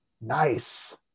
Nice